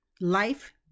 Life